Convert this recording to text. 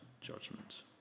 judgment